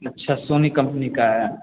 अच्छा Sony company का है